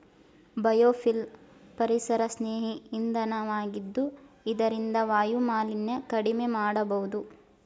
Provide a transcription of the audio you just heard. biofuel ಪರಿಸರಸ್ನೇಹಿ ಇಂಧನ ವಾಗಿದ್ದು ಇದರಿಂದ ವಾಯುಮಾಲಿನ್ಯ ಕಡಿಮೆ ಮಾಡಬೋದು